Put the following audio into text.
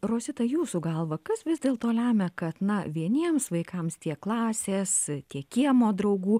rosita jūsų galva kas vis dėlto lemia kad na vieniems vaikams tiek klasės tiek kiemo draugų